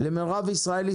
למירב ישראלי